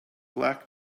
black